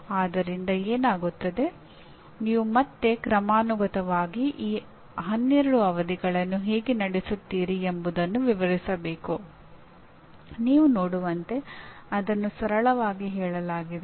ಆದ್ದರಿಂದ ಏನಾಗುತ್ತದೆ ನೀವು ಮತ್ತೆ ಕ್ರಮಾನುಗತವಾಗಿ ಈ 12 ಅವಧಿಗಳನ್ನು ಹೇಗೆ ನಡೆಸುತ್ತೀರಿ ಎಂಬುದನ್ನು ವಿವರಿಸಬೇಕು ನೀವು ನೋಡುವಂತೆ ಅದನ್ನು ಸರಳವಾಗಿ ಹೇಳಲಾಗಿದೆ